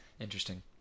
Interesting